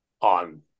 on